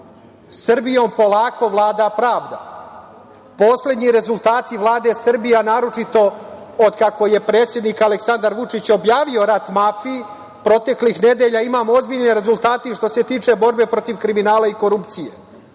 Srbijom polako vlada pravda. Poslednji rezultati Vlade Srbije, a naročito otkako je predsednik Aleksandar Vučić objavio rat mafiji, proteklih nedelja imamo ozbiljne rezultate i što se tiče borbe protiv kriminala i korupcije.